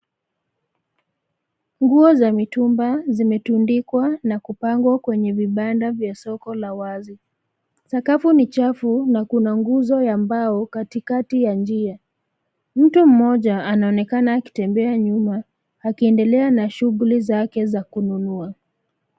Nguo za mitumba zimetundikwa na kupangwa kwenye vibanda vya soko la wazi. Sakafu ni chafu na kuna nguzo ya mbao katikati ya njia. Mtu mmoja anaonekana akitembea nyuma akiendelea na shughuli zake za kununua.